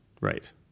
right